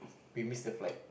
we miss the flight